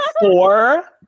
four